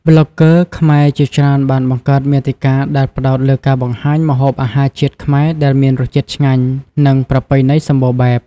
ប្លុកហ្គើខ្មែរជាច្រើនបានបង្កើតមាតិកាដែលផ្ដោតលើការបង្ហាញម្ហូបអាហារជាតិខ្មែរដែលមានរសជាតិឆ្ងាញ់និងប្រពៃណីសម្បូរបែប។